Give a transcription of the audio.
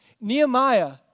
Nehemiah